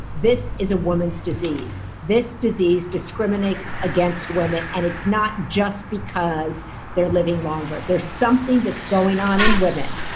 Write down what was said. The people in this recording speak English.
this is a woman's disease. this disease discriminates against women, and it's not just because they're living longer. there's something that's going on in women,